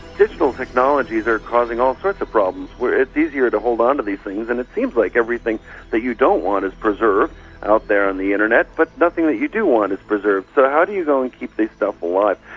digital technologies are causing all sorts of problems. it's easier to hold onto these things and it seems like everything that you don't want is preserved out there on the internet but nothing that you do want is preserved. so how do you go and keep this stuff alive?